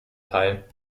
teil